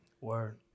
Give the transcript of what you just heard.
word